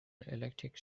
electric